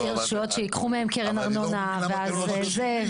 ויש רשויות שייקחו מהם קרן ארנונה ואז זה,